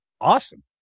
awesome